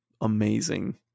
amazing